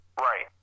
Right